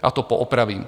Já to poopravím.